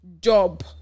job